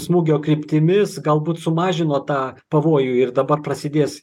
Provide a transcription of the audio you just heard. smūgio kryptimis galbūt sumažino tą pavojų ir dabar prasidės